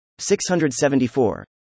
674